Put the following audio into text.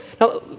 Now